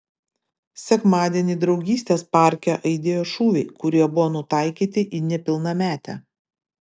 sekmadienį draugystės parke aidėjo šūviai kurie buvo nutaikyti į nepilnametę